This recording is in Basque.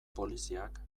poliziak